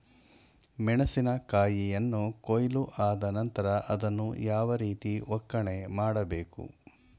ಮೆಣಸಿನ ಕಾಯಿಯನ್ನು ಕೊಯ್ಲು ಆದ ನಂತರ ಅದನ್ನು ಯಾವ ರೀತಿ ಒಕ್ಕಣೆ ಮಾಡಬೇಕು?